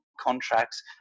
contracts